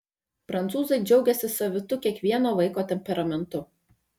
prancūzai džiaugiasi savitu kiekvieno vaiko temperamentu